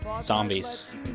Zombies